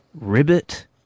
Ribbit